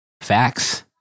Facts